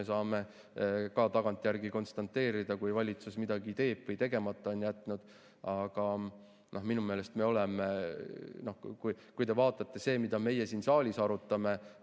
Me saame ka tagantjärele konstateerida, kui valitsus midagi teeb või tegemata on jätnud. Aga minu meelest, kui te vaatate, mida meie siin saalis arutame,